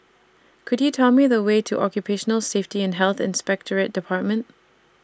Could YOU Tell Me The Way to Occupational Safety and Health Inspectorate department